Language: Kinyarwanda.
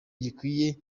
gikwiye